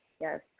Yes